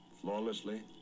Flawlessly